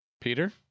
Peter